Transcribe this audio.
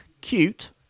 cute